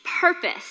purpose